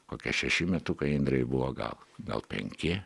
kokie šeši metukai indrei buvo gal gal penki